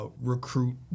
recruit